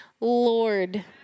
Lord